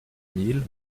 mille